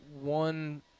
one